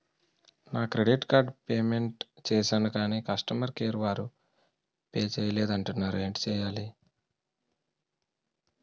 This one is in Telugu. నా క్రెడిట్ కార్డ్ పే మెంట్ చేసాను కాని కస్టమర్ కేర్ వారు పే చేయలేదు అంటున్నారు ఏంటి చేయాలి?